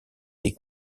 des